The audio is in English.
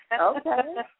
Okay